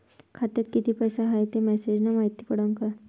खात्यात किती पैसा हाय ते मेसेज न मायती पडन का?